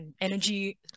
Energy